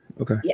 Okay